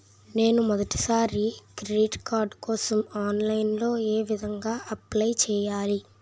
నేను మొదటిసారి credit card కోసం ఆన్లైన్ లో ఏ విధంగా అప్లై చేయాలి?